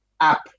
app